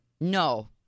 No